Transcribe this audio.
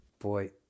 Boy